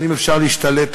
אבל אם אפשר להשתלט,